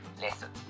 Listen